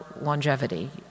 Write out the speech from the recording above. longevity